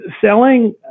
selling